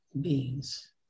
beings